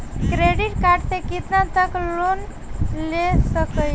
Credit card से कितना तक लोन ले सकईल?